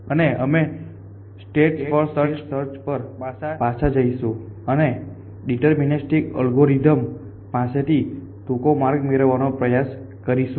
અને અમે state space search પર પાછા જઈશું અને ડીટર્મિનેસ્ટીક એલ્ગોરિધમ પાસેથી ટૂંકો માર્ગ મેળવવાનો પ્રયાસ કરીશું